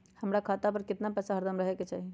हमरा खाता पर केतना पैसा हरदम रहे के चाहि?